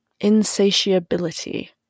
insatiability